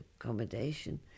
accommodation